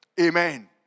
Amen